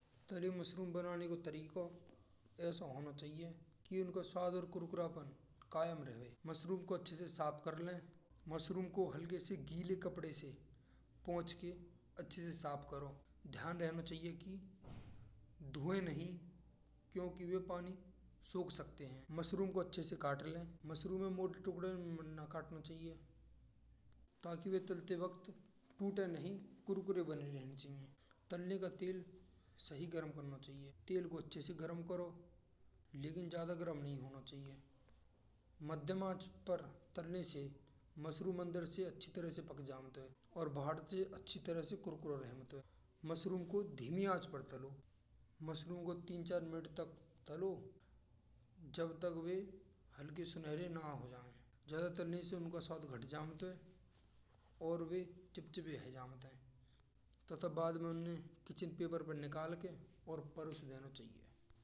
तारी मासूम बनाने का तरीका ऐसा होना चाहिये। कि उनको सदर कुरकुरापन कायम रहे। मशरूम को अच्छे से साफ कर लें। मशरूम को हल्के से गीले कपड़े से पोंछ कर अच्छे से साफ करो। ध्यान रखना चाहिये कि धुएं नहीं क्योंकि वह पानी सुख सकते हैं। मशरूम को अच्छे से काट लें। मशरूम में मोटी टुकड़े ना कटनो चाहिये। ताकि वे तलते वक्त टूटे नहीं कुरकुरापन बनना चाहिए। तलने का तेल सही गरम कराना चाहिये। तेल को अच्छे से गरम करो लेकिन ज्यादा गरम नहीं होना चाहिये। मध्यम पर करने से मशरूम अंदर से अच्छी तरह से जान जाते हैं। और भातरी अच्छी तरह से कुरकुरे रहमते मशरूम को धीमी आंच पर लो मशरूम को तीन चार मिनट तक तलो। जब तक भी हल्की सुनहरी ना हो जाए। ज्यादा तलने से उनको स्वाद घट घट जावे। और चिपचिपी है जावत है। तथा बाद में उन्हें किचन पेपर पर निकाल के और परोस देना चाहिए।